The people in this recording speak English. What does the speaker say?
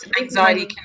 anxiety